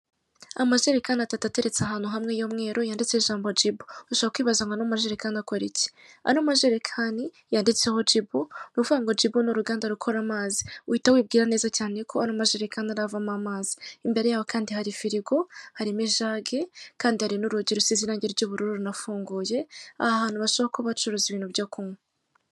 Amajerikani atatu ateretse ahantu hamwe y'umweru yanditse jambo jibu, ushobora kwibaza ngo ano majerekani akora iki? ano majerekani yanditseho jibu ruvuga ngo jibu ni uruganda rukora amazi, uhita wibwira neza cyane ko ano majerekani ari avamo amazi imbere yaho kandi hari firigo harimo ijage kandi hari n'urugi rusize irange ry'ubururu runafunguye aha hantu bashobora kuba bacuruza ibintu byo kunywa.